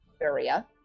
area